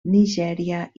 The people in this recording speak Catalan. nigèria